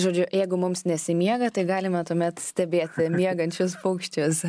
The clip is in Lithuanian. žodžiu jeigu mums nesimiega tai galime tuomet stebėti miegančius paukščius